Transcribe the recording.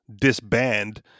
disband